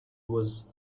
was